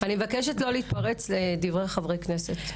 אני מבקשת לא להתפרץ לדברי חברי הכנסת.